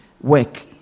Work